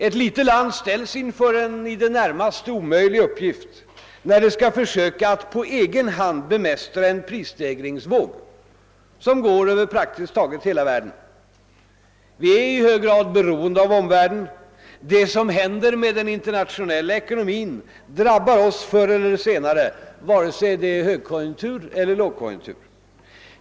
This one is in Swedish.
Ett litet land ställs inför en i det närmaste omöjlig uppgift när det skall försöka att på egen hand bemästra en prisstegringsvåg, som går över praktiskt taget hela världen. Vi är i hög grad beroende av omvärlden. Det som händer med den internationella ekonomin drabbar oss mer eller mindre oavsett om det är högeller lågkonjunktur.